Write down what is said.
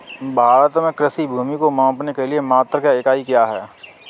भारत में कृषि भूमि को मापने के लिए मात्रक या इकाई क्या है?